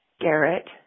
Garrett